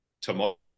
tomorrow